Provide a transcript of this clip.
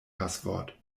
passwort